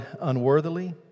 unworthily